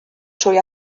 trwy